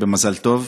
שיהיה במזל טוב.